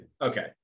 Okay